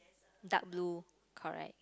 dark blue correct